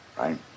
right